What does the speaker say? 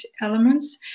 elements